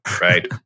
right